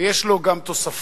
ויש לו גם תוספות,